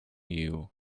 you